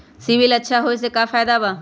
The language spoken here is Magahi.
सिबिल अच्छा होऐ से का फायदा बा?